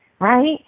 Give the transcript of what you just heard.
right